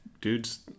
dudes